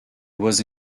was